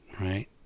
right